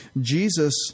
Jesus